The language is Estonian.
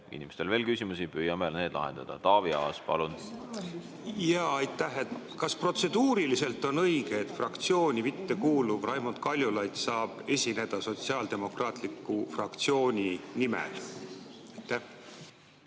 inimestel on veel küsimusi, püüame need lahendada. Taavi Aas, palun! Aitäh! Kas protseduuriliselt on õige, et fraktsiooni mittekuuluv Raimond Kaljulaid saab esineda sotsiaaldemokraatliku fraktsiooni nimel? Aitäh!